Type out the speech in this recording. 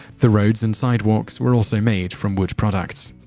the roads and sidewalks were also made from wood products.